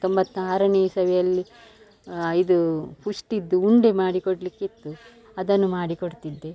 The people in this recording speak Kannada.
ತೊಂಬತ್ತಾರನೇ ಇಸವಿಯಲ್ಲಿ ಇದು ಪುಷ್ಟಿದ್ದು ಉಂಡೆ ಮಾಡಿ ಕೊಡಲಿಕ್ಕಿತ್ತು ಅದನ್ನು ಮಾಡಿಕೊಡ್ತಿದ್ದೆ